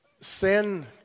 Sin